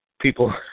people